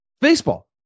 Baseball